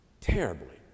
terribly